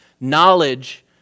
knowledge